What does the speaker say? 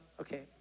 okay